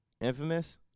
Infamous